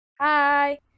Hi